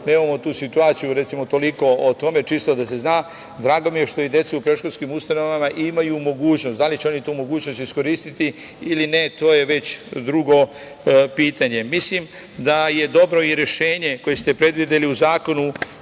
nemamo tu situaciju. Toliko o tome, čisto da se zna. Drago mi je što i deca u predškolskim ustanovama imaju mogućnost, a da li će oni tu mogućnost iskoristiti ili ne, to je već drugo pitanje. Mislim da je dobro i rešenje koje ste predvideli u Zakonu